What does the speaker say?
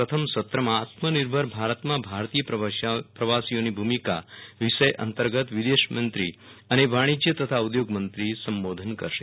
પ્રથમ સત્રમાં આત્મનિર્ભર ભારતમાં ભારતીય પ્રવાસીઓની ભૂમિકા વિષય અંતર્ગત વિદેશમંત્રી અને વાણિજ્ય તથા ઉદ્યોગમંત્રી સંબોધન કરશે